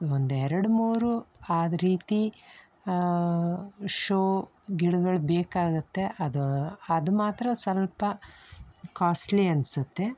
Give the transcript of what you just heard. ಒಂದೆರಡು ಮೂರು ಆ ರೀತಿ ಶೋ ಗಿಡಗಳು ಬೇಕಾಗುತ್ತೆ ಅದು ಅದು ಮಾತ್ರ ಸ್ವಲ್ಪ ಕಾಸ್ಟ್ಲಿ ಅನಿಸುತ್ತೆ